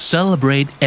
Celebrate